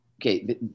okay